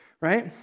right